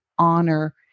honor